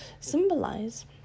Symbolize